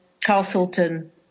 Castleton